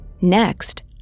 Next